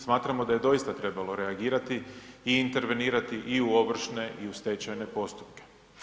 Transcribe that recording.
Smatramo da je doista trebalo reagirati i intervenirati i u ovršne i u stečajne postupke.